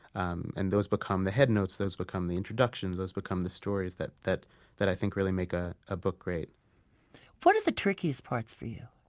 um and those become the head notes, those become the introductions, those become the stories that that i think really make a ah book great what are the trickiest parts for you?